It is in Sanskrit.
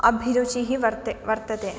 अभिरुचिः वर्ते वर्तते